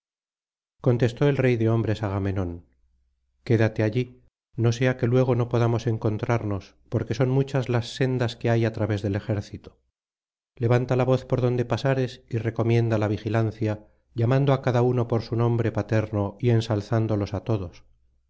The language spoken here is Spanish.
contestó el rey de hombres agamenón quédate allí no sea que luego no podamos encontrarnos porque son muchas las sendas que hay á través del ejército levanta la voz por donde pasares y recomienda la vigilancia llamando á cada uno por su nombre paterno y ensalzándolos á todos